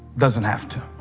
doesn't have to.